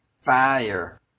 fire